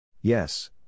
Yes